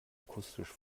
akustisch